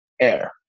Air